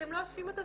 אתן לא אוספים אותן?